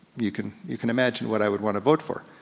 you can you can imagine what i would wanna vote for.